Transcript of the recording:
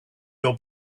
your